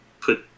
put